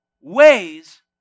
ways